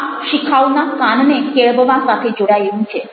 આ શિખાઉના કાનને કેળવવા સાથે જોડાયેલું છે